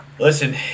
Listen